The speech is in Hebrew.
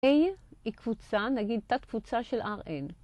A היא קבוצה, נגיד, תת קבוצה של Rn.